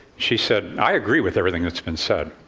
she said, i agree with everything that's been said.